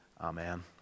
Amen